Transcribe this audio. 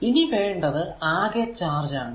ഇനി വേണ്ടത് അകെ ചാർജ് ആണ്